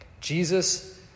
Jesus